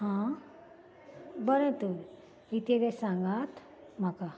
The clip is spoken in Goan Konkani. हां बरें तर कितें तें सांगांत म्हाका